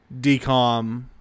decom